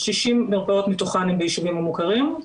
60 מרפאות מתוכן הן בישובים המוכרים,